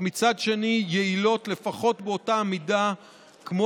ומצד שני יעילות לפחות באותה מידה כמו